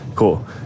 Cool